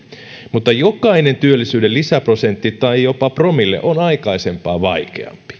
mutta jokainen työllisyyden lisäprosentti tai jopa promille on aikaisempaa vaikeampi